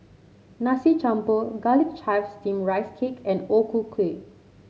Nasi Campur Garlic Chives Steamed Rice Cake and O Ku Kueh